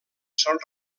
són